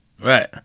Right